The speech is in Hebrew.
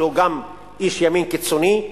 שהוא גם איש ימין קיצוני,